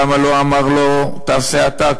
למה לא אמר לו: תעשה אתה,